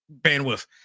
bandwidth